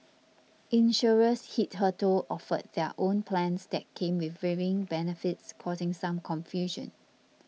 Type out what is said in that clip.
insurers hitherto offered their own plans that came with varying benefits causing some confusion